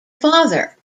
father